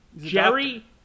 Jerry